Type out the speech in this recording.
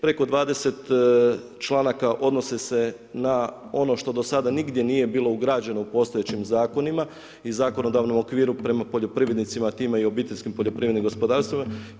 Preko 20 članaka odnosi se na ono što do sada nigdje nije bilo ugrađeno u postojećim zakonima i zakonodavnom okviru prema poljoprivrednicima time i obiteljskim poljoprivrednim gospodarstvima.